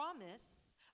promise